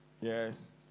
Yes